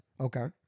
Okay